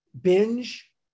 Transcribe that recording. binge